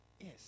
Yes